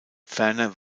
ferner